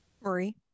Marie